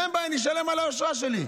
שבכל זאת אני אצביע בעד הדחה של עופר